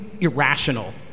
irrational